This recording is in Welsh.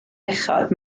uchod